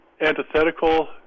antithetical